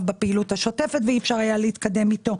בפעילות השוטפת ואי אפשר היה להתקדם אתו.